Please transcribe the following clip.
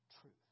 truth